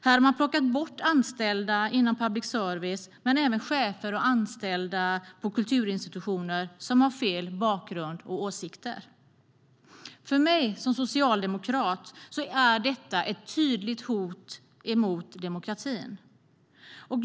Här har man plockat bort anställda inom public service men även chefer och anställda på kulturinstitutioner som har fel bakgrund eller åsikter. För mig som socialdemokrat är detta ett tydligt hot mot demokratin.